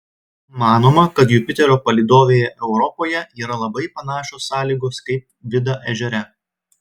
manoma kad jupiterio palydovėje europoje yra labai panašios sąlygos kaip vida ežere